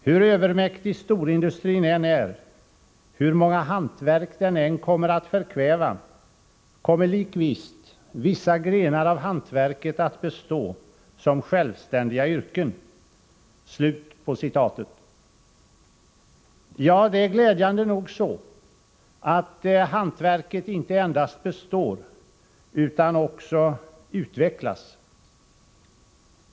Hur övermäktig storindustrin än är, hur många hantverk den än kommer att förkväva, kommer likvisst vissa grenar av hantverket att bestå som självständiga yrken.” Ja, det är glädjande nog så att hantverket inte endast består utan också utvecklas.